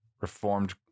reformed